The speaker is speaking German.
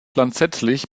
lanzettlich